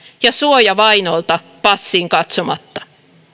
ja suoja vainolta passiin katsomatta